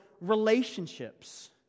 relationships